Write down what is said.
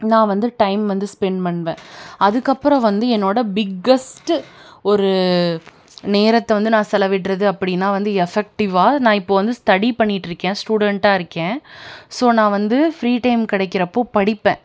நான் வந்து டைம் வந்து ஸ்பென் பண்ணுவேன் அதுக்கப்புறம் வந்து என்னோடய பிக்கஸ்ட்டு ஒரு நேரத்தை வந்து நான் செலவிடறது அப்படின்னால் வந்து எஃபெக்டிவ்வாக நான் இப்போது வந்து ஸ்டடி பண்ணிகிட்ருக்கேன் ஸ்டூடன்ட்டாக இருக்கேன் ஸோ நான் வந்து ஃப்ரீ டைம் கிடைக்குறப்போ படிப்பேன்